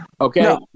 okay